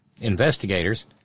investigators